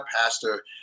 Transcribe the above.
pastor